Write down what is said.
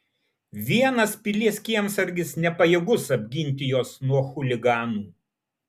vienas pilies kiemsargis nepajėgus apginti jos nuo chuliganų